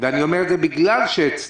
אני אומר את זה בגלל שאצלנו,